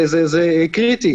זה קריטי.